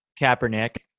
Kaepernick